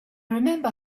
remember